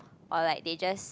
or like they just